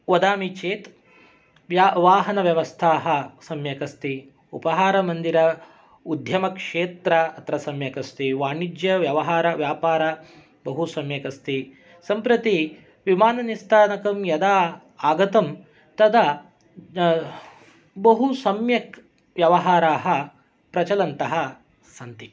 वदामि चेत् वाहनव्यवस्थाः सम्यक् अस्ति उपाहारमन्दिरम् उद्ध्यमक्षेत्रम् अत्र सम्यक् अस्ति वाणिज्यव्यवहारं व्यापारं बहुसम्यक् अस्ति सम्प्रति विमाननिस्तानकं यदा आगतं तदा बहुसम्यक् व्यवहाराः प्रचलन्तः सन्ति